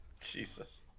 Jesus